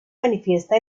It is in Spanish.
manifiesta